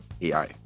AI